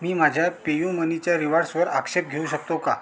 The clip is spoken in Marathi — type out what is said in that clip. मी माझ्या पेयुमनीच्या रिवॉर्ड्सवर आक्षेप घेऊ शकतो का